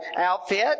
outfit